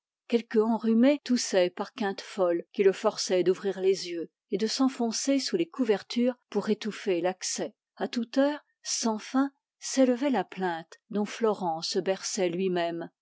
quelque enrhumé toussait par quintes folles qui le forçaient d'ouvrir les yeux et de s'enfoncer sous les couvertures pour étouffer l'accès a toute heure sans fin s'élevait la plainte dont florent se berçait lui-même